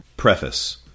Preface